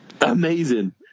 Amazing